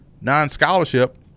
non-scholarship